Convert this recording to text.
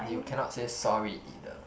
you cannot say sorry either